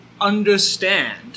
understand